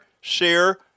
share